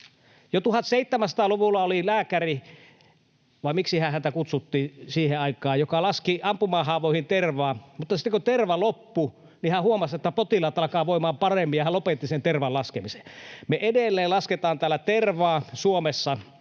Jo 1700-luvulla oli lääkäri — vai miksihän häntä kutsuttiin siihen aikaan — joka laski ampumahaavoihin tervaa, mutta sitten, kun terva loppui, niin hän huomasi, että potilaat alkavat voimaan paremmin, ja hän lopetti sen tervan laskemisen. Me edelleen lasketaan tervaa täällä Suomessa,